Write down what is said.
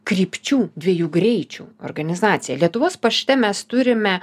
krypčių dviejų greičių organizacija lietuvos pašte mes turime